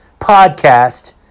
podcast